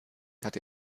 hatte